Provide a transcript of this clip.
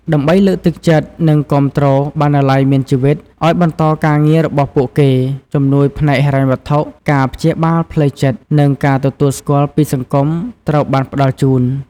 ដើម្បីលើកទឹកចិត្ត និងគាំទ្រ "បណ្ណាល័យមានជីវិត" ឱ្យបន្តការងាររបស់ពួកគេ ជំនួយផ្នែកហិរញ្ញវត្ថុ ការព្យាបាលផ្លូវចិត្ត និងការទទួលស្គាល់ពីសង្គមត្រូវបានផ្តល់ជូន។